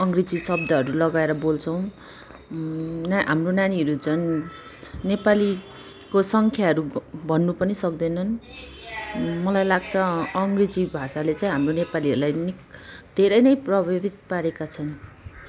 अङ्ग्रेजी शब्दहरू लगाएर बोल्छौँ न हाम्रो नानीहरू झन् नेपालीको सङ्ख्याहरू भन्नु पनि सक्दैनन् मलाई लाग्छ अङ्ग्रेजी भाषाले चाहिँ हाम्रो नेपालीहरूलाई निकै धेरै नै प्रभावित पारेका छन्